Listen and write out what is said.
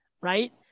right